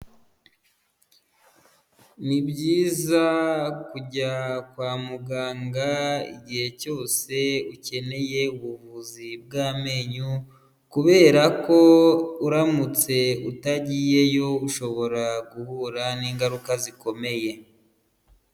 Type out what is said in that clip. Ni byiza kujya kwa muganga igihe cyose ukeneye ubuvuzi bw'amenyo, kubera ko uramutse utagiyeyo ushobora guhura n'ingaruka zikomeye.